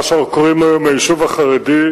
מה שקוראים לו היום היישוב החרדי,